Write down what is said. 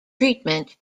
treatment